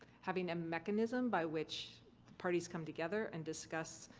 having a mechanism by which parties come together and discuss